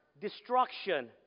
Destruction